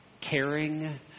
caring